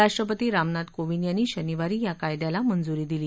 राष्ट्रपती रामनाथ कोविद यांनी शनिवारी या कायद्याला मंजुरी दिली